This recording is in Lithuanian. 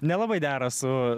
nelabai dera su